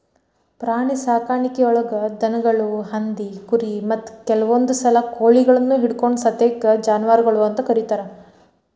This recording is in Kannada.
ಪ್ರಾಣಿಸಾಕಾಣಿಕೆಯೊಳಗ ದನಗಳು, ಹಂದಿ, ಕುರಿ, ಮತ್ತ ಕೆಲವಂದುಸಲ ಕೋಳಿಗಳನ್ನು ಹಿಡಕೊಂಡ ಸತೇಕ ಜಾನುವಾರಗಳು ಅಂತ ಕರೇತಾರ